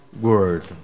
word